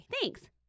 Thanks